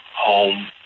home